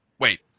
Wait